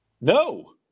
No